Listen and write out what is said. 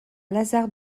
lazare